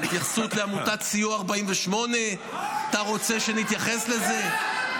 התייחסות לעמותת סיוע 48'. אתה רוצה שנתייחס לזה?